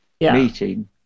meeting